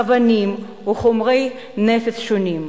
אבנים או חומרי נפץ שונים.